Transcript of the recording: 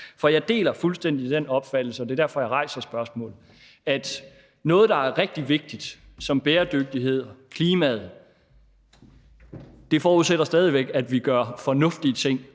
For jeg deler fuldstændig den opfattelse – og det er derfor, jeg rejser spørgsmålet – at håndteringen af områder, som er rigtig vigtige, som bæredygtighed og klimaet, stadig væk forudsætter, at vi gør fornuftige ting